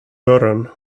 dörren